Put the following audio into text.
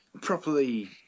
properly